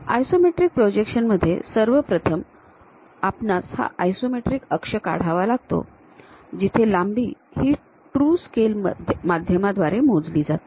isometric projections मध्ये सर्वप्रथम आपणास हा आयसोमेट्रिक अक्ष काढावा लागतो जिथे लांबी ही ट्रू स्केल माध्यमाद्वारे मोजली जाते